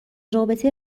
رابطه